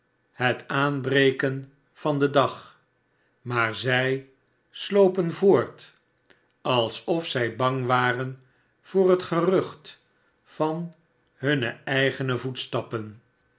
het aanbreken van den dag maar zij slopen voort alsof zij bang waren voor het gerucht van hunne eigene voetstappen